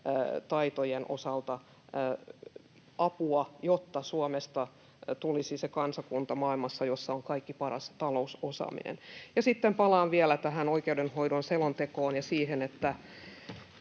taitojen osalta apua, jotta Suomesta tulisi se kansakunta maailmassa, jossa on kaikki paras talousosaaminen. Sitten palaan vielä tähän oikeudenhoidon selontekoon ja siihen, että